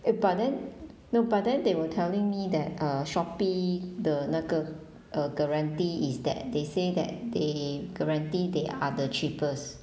eh but then no but then they were telling me that err Shopee 的那个 uh guarantee is that they say that they guarantee they are the cheapest